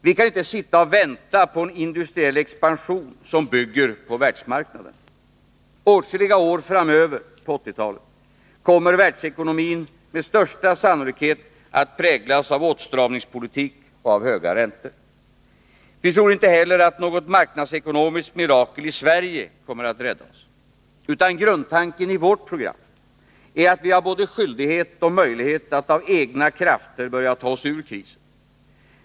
Vi kan inte sitta och vänta på en industriell expansion som bygger på världsmarknaderna. Åtskilliga år framöver på 1980-talet kommer världsekonomin med största sannolikhet att präglas av åtstramningspolitik och av höga räntor. Vi tror inte heller att något marknadsekonomiskt mirakel i Sverige kommer att rädda oss, utan grundtanken i vårt program är att vi har både skyldighet och möjlighet att av egna krafter börja ta oss ur krisen.